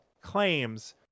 claims